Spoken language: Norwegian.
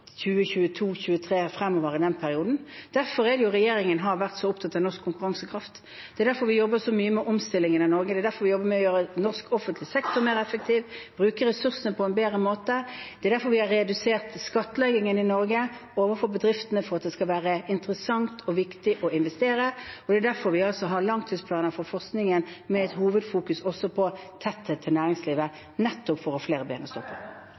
Derfor har regjeringen vært så opptatt av norsk konkurransekraft. Det er derfor vi jobber så mye med omstillingen av Norge. Det er derfor vi jobber med å gjøre norsk offentlig sektor mer effektiv, bruke ressursene på en bedre måte. Det er derfor vi har redusert skattleggingen av bedriftene i Norge, for at det skal være interessant og viktig å investere, og det er derfor vi har langtidsplaner for forskningen, med hovedfokus på tetthet til næringslivet, nettopp for å ha flere ben å